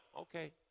Okay